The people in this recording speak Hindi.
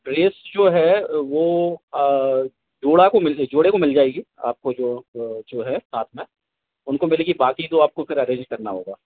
ड्रेस जो है वह जोड़ा को मिल गई जोड़े को मिल जाएगी आपको जो जो है साथ में उनको मिलेगी बाकी तो फ़िर आपको अरेंज करना होगा